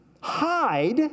hide